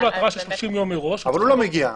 אז --- נותנים לו התראה של 30 יום מראש -- אבל הוא לא מגיע.